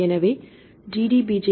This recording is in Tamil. எனவே DDBJ